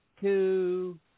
two